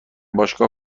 باشگاه